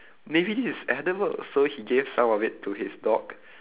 maybe this is edible so he gave some of it to his dog